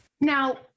Now